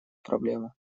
проблему